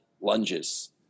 lunges